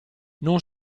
non